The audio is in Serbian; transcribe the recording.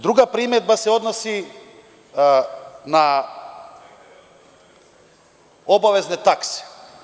Druga primedba odnosi se na obavezne takse.